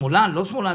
שמאלן או לא שמאלן?